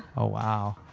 oh wow.